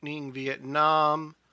Vietnam